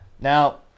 Now